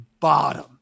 bottom